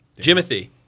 Jimothy